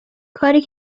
کاری